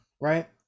right